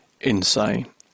insane